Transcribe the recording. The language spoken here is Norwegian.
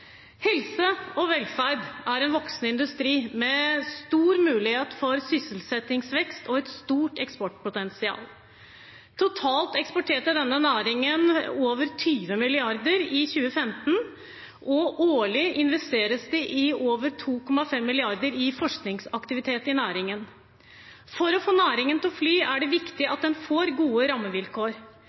Helse og velferd er en voksende industri med en stor mulighet for sysselsettingsvekst og et stort eksportpotensial. Totalt eksporterte denne næringen for over 20 mrd. kr i 2015, og årlig investeres det over 2,5 mrd. kr i forskningsaktivitet i næringen. For å få næringen til å fly er det viktig at den får gode rammevilkår.